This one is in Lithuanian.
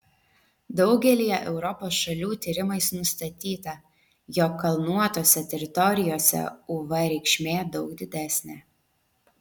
daugelyje europos šalių tyrimais nustatyta jog kalnuotose teritorijose uv reikšmė daug didesnė